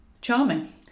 Charming